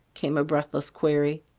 came a breathless query.